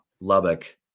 Lubbock